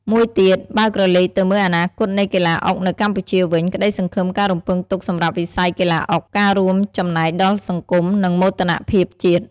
មួយទៀត បើក្រឡេកទៅមើលអនាគតនៃកីឡាអុកនៅកម្ពុជាវិញ ក្តីសង្ឃឹមការរំពឹងទុកសម្រាប់វិស័យកីឡាអុក ការរួមចំណែកដល់សង្គម និងមោទនភាពជាតិ។